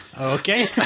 Okay